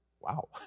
Wow